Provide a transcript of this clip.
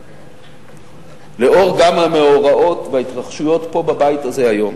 גם לנוכח המאורעות וההתרחשויות בבית הזה היום,